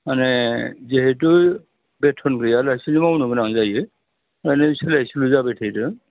माने जिहेतु बेथन गैयालासिनो मावनो गोनां जायो माने सोलायसोल' जाबाय थादों